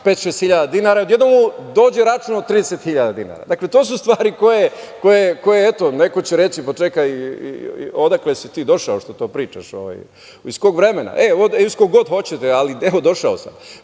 hiljada i odjednom mu dođe račun od 30 hiljada dinara. To su stvari koje, eto, neko će reći – pa čekaj, odakle si ti došao, šta to pričaš, iz kog vremena? Iz kog hoćete, ali evo došao